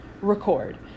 Record